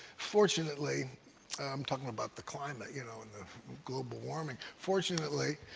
fortunately i'm talking about the climate, you know, and the global warming fortunately,